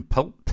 Pulp